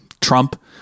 Trump